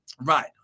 right